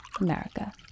America